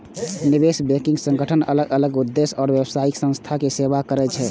निवेश बैंकिंग संगठन अलग अलग उद्देश्य आ व्यावसायिक संस्थाक सेवा करै छै